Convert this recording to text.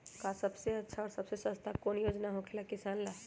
आ सबसे अच्छा और सबसे सस्ता कौन योजना होखेला किसान ला?